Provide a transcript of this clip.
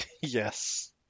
Yes